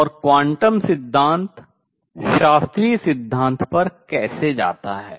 और क्वांटम सिद्धांत शास्त्रीय सिद्धांत पर कैसे जाता है